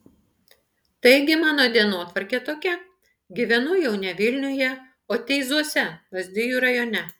taigi mano dienotvarkė tokia gyvenu jau ne vilniuje o teizuose lazdijų rajone